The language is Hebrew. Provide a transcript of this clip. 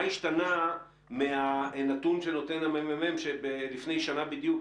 מה השתנה מהנתון שנותן מרכז המחקר והמידע שלפני שנה בדיוק,